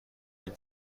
این